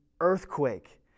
earthquake